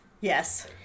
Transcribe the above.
Yes